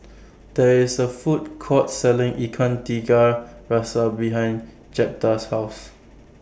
There IS A Food Court Selling Ikan Tiga Rasa behind Jeptha's House